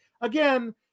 again